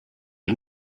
was